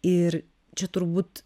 ir čia turbūt